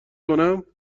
کنم